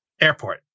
airport